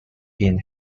been